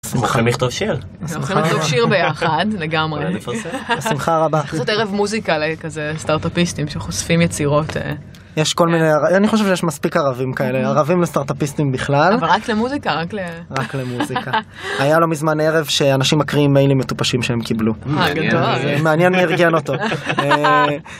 שמחים לכתוב שיר. שמחים לכתוב שיר ביחד, לגמרי. שמחה רבה. זה חסר ערב מוזיקה כזה לסטארט-אפיסטים שחושפים יצירות. יש כל מיני ער..., אני חושב שיש מספיק ערבים כאלה, ערבים לסטארט-אפיסטים בכלל. אבל רק למוזיקה, רק למוזיקה. היה לו מזמן ערב שאנשים מקרים מיילים מטופשים שהם קיבלו. מעניין. מעניין מי ארגן אותו.